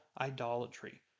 idolatry